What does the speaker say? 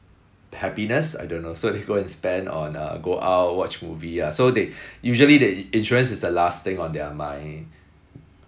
happiness I don't know so if you go and spend on uh go out watch movie ah so they usually they insurance is the last thing on their mind